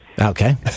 Okay